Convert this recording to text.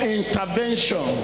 intervention